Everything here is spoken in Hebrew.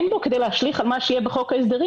אין בו כדי להשליך על מה שיהיה חוק ההסדרים